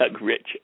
Rich